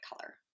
color